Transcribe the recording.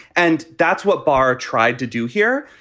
and that's what barr tried to do here.